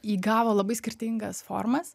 įgavo labai skirtingas formas